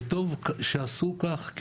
וטוב שעשו כך,